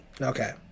Okay